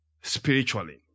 spiritually